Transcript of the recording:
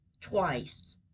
Twice